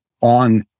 on